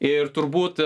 ir turbūt